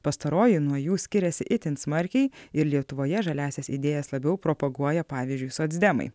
pastaroji nuo jų skiriasi itin smarkiai ir lietuvoje žaliąsias idėjas labiau propaguoja pavyzdžiui socdemai